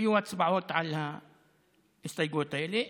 היו הצבעות על ההסתייגויות האלה.